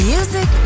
Music